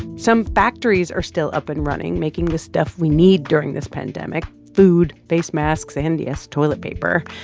some factories are still up and running, making the stuff we need during this pandemic food, face masks and, yes, toilet paper.